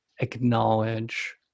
acknowledge